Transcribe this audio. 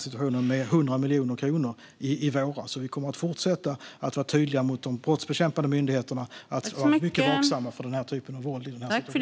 Vi kommer att fortsätta vara tydliga mot de brottsbekämpande myndigheterna om att de ska vara mycket vaksamma för den här typen av våld i den här situationen.